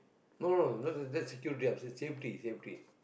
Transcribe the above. no no no because that's that's security I'm saying safety safety